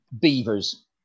Beavers